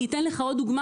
אני אתן לך עוד דוגמה,